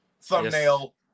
thumbnail